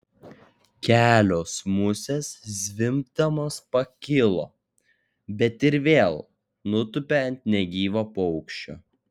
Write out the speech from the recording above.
kelios musės zvimbdamos pakilo bet ir vėl nutūpė ant negyvo paukščio